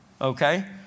Okay